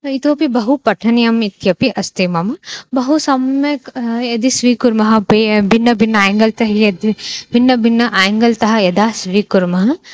इतोपि बहु पठनीयम् इत्यपि अस्ति मम बहु सम्यक् यदि स्वीकुर्मः पे भिन्नभिन्नम् आङ्ग्लतः यदि भिन्नभिन्नम् आङ्ग्लतः यदा स्वीकुर्मः